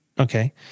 Okay